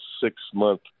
six-month